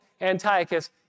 Antiochus